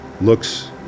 looks